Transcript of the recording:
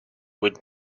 would